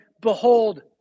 behold